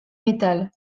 metal